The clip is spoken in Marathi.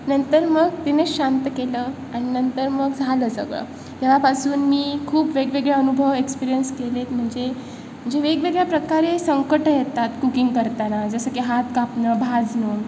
नंतर मग तिने शांत केलं आणि नंतर मग झालं सगळं तेव्हापासून मी खूप वेगवेगळे अनुभव एक्सपिरीयन्स केले आहेत म्हणजे म्हणजे वेगवेगळ्या प्रकारे संकटं येतात कुकिंग करताना जसं की हात कापणं भाजणं